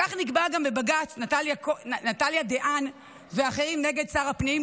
כך נקבע גם בבג"ץ נטליה דהן ואחרים נגד שר הפנים,